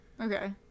Okay